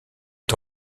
est